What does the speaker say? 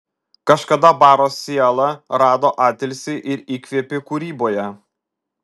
kažkada baro siela rado atilsį ir įkvėpį kūryboje